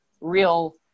real